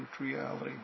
reality